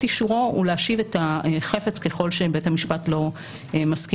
אישורו ולהשיב את החפץ ככל שבית המשפט לא מסכים.